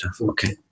okay